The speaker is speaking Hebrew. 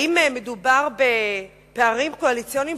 האם מדובר בפערים קואליציוניים